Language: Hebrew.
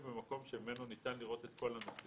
במקום שממנו ניתן לראות את כל הנוסעים